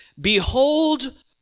Behold